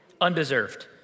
undeserved